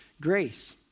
grace